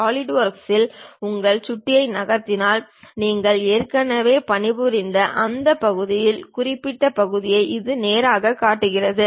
சாலிட்வொர்க்கில் உங்கள் சுட்டியை நகர்த்தினால் நாங்கள் ஏற்கனவே பணிபுரிந்த அந்த பகுதியின் குறைக்கப்பட்ட பதிப்பை இது நேராகக் காட்டுகிறது